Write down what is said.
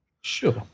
Sure